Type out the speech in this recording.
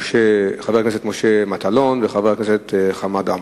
משה מטלון וחבר הכנסת חמד עמאר,